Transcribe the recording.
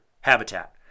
habitat